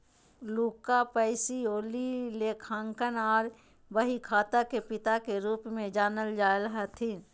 Luca Pacioli लेखांकन आर बहीखाता के पिता के रूप मे जानल जा हथिन